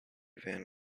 van